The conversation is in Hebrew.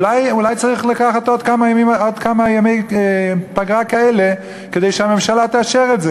אולי צריך לקחת עוד כמה ימי פגרה כאלה כדי שהממשלה תאשר את זה,